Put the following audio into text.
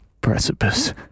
precipice